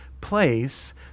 place